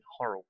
Horrell